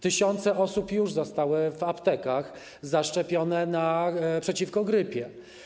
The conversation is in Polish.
Tysiące osób już zostały w aptekach zaszczepione przeciwko grypie.